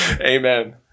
amen